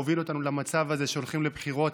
שהוביל אותנו למצב הזה שהולכים לבחירות